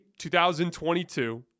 2022